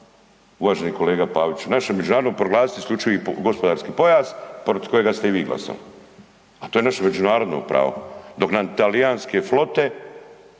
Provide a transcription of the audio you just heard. uvaženi kolega Paviću, naše međunarodno proglasiti isključivi gospodarski pojas, protiv kojeg ste i vi glasali. A to je naše međunarodno pravo. Dok nam talijanske flote